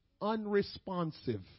unresponsive